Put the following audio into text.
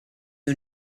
who